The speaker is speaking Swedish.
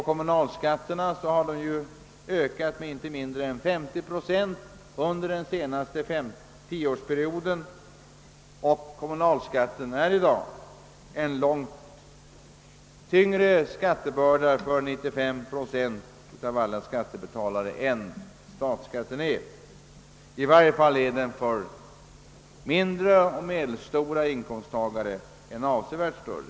Kommunalskatterna har stigit med inte mindre än 50 procent under den senaste tioårsperioden och är i dag en långt tyngre skattebörda än statsskatten för 95 procent av alla skattebetalare, särskilt för mindre och medelstora inkomsttagare.